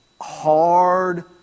hard